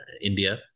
India